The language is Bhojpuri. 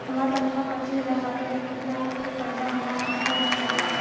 हमार तनख़ाह पच्चिस हज़ार बाटे त केतना तक के कर्जा हमरा नाम पर मिल सकत बा?